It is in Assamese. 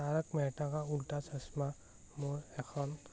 তাৰক মেহতা কা উল্টা চশমা মোৰ এখন